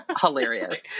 hilarious